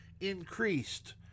increased